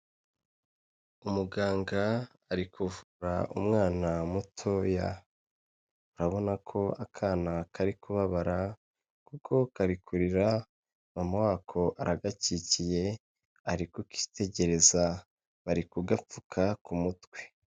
Umuganga ari kuvura umwana mutoya, urabona ko akana kari kubabara kuko kari kurira, mama wako aragakikiye, ari kukitegereza bari kugapfuka ku mutwe.